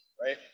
right